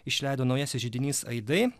išleido naujasis židinys aidai